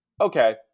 okay